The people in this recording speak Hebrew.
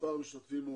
מספר המשתתפים.